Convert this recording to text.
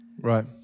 Right